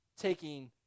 taking